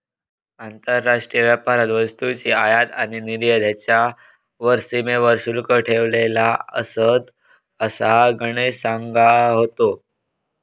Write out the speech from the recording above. आंतरराष्ट्रीय व्यापारात वस्तूंची आयात आणि निर्यात ह्येच्यावर सीमा शुल्क ठरवलेला असता, असा गणेश सांगा होतो